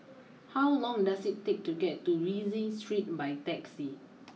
how long does it take to get to Rienzi Street by taxi